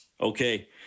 Okay